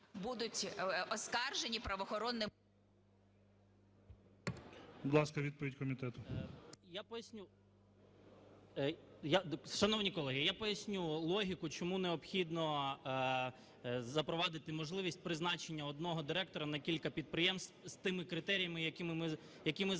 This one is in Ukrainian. будуть оскаржені правоохоронним… ГОЛОВУЮЧИЙ. Будь ласка, відповідь комітету. 13:35:57 МОВЧАН О.В. Я поясню. Шановні колеги, я поясню логіку, чому необхідно запровадити можливість призначення одного директора на кілька підприємств з тими критеріями, які ми заклали